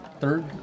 third